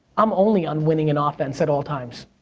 i'm only on winning and offense at all times.